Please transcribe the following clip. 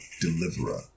deliverer